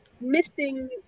missing